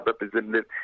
representative